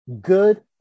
good